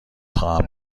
خواهم